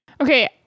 Okay